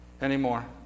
anymore